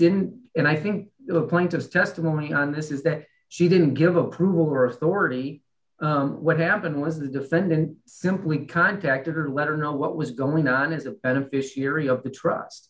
didn't and i think the point of the testimony on this is that she didn't give a crew or authority what happened was the defendant simply contacted her let her know what was going on as a beneficiary of the trust